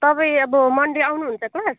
तपाईँ अब मन्डे आउनुहुन्छ क्लास